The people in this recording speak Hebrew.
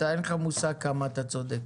אין לך מושג כמה אתה צודק.